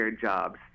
jobs